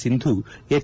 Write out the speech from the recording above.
Sindhu H